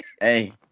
Hey